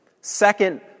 Second